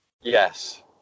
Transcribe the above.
Yes